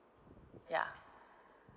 yeah